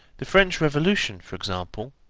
the french revolution, for example,